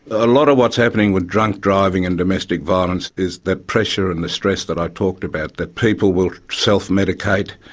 a lot of what is happening with drunk driving and domestic violence is that pressure and the stress that i talked about, that people will self-medicate,